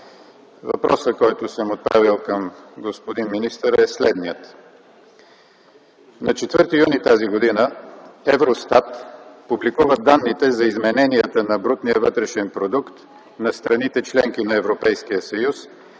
Въпросът, който съм отправил към господин министъра е следният. На 4 юни т.г. Евростат публикува данните за измененията на Брутния вътрешен продукт на страните – членки на Европейския съюз